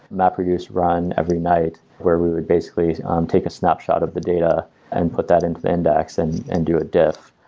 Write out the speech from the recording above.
map reduce run every night where we would basically um take a snapshot of the data and put that into index and and do a diff.